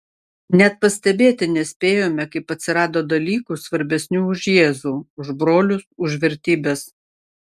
net pastebėti nespėjome kaip atsirado dalykų svarbesnių už jėzų už brolius už vertybes